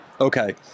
okay